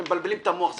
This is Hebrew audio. אתם מבלבלים את המוח.